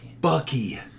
Bucky